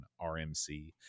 RMC